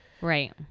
Right